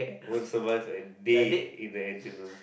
won't survive a day imagine the wolf